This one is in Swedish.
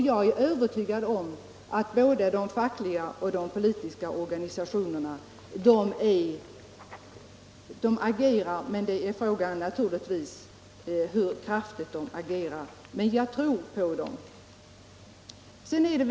Jag är övertygad om att både de fackliga och de politiska organisationerna agerar, men frågan är naturligtvis hur kraftigt de gör det. Jag tror emellertid på dem.